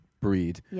breed